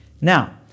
Now